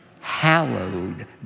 Hallowed